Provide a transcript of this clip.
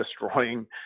destroying